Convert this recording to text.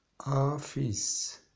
Office